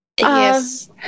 Yes